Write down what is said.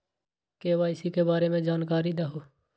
KYC के बारे में जानकारी दहु?